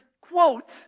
quote